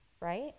right